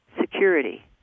security